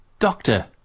Doctor